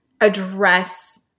address